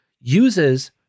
uses